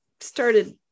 started